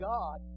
God